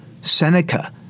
Seneca